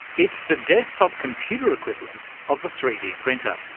it's the desktop computer equivalent of the three d printer.